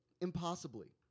Impossibly